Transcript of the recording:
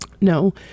no